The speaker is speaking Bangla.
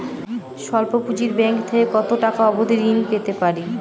স্বল্প পুঁজির ব্যাংক থেকে কত টাকা অবধি ঋণ পেতে পারি?